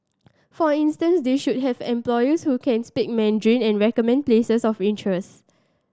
for instance they should have employees who can speak Mandarin and recommend places of interest